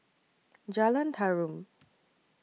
Jalan Tarum